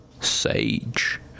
sage